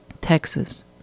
Texas